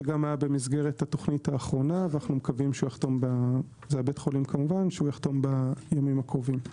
שגם היה במסגרת התוכנית האחרונה ואנו מקווים שיחתום בימים הקרובים.